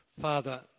Father